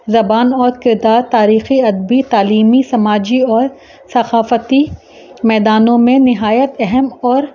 زبان اور کردار تاریخی ادبی تعلیمی سماجی اور ثقافتی میدانوں میں نہایت اہم اور